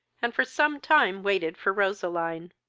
and for some time waited for roseline.